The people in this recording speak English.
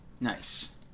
Nice